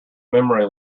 memory